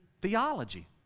theology